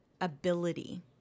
ability